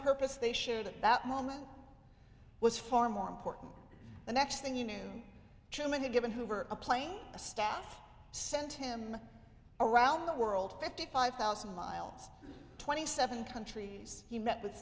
purpose they shoot at that moment was far more important the next thing you knew truman had given hoover a plane a staff sent him around the world fifty five thousand miles twenty seven countries he met with